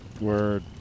Word